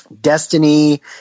Destiny